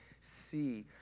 see